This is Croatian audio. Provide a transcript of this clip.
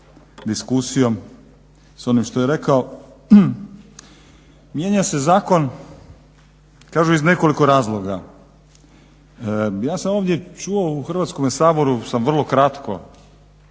Mijenja se zakon kažu iz nekoliko razloga. Ja sam ovdje čuo u Hrvatskome saboru sam vrlo kratko,